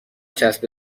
چسب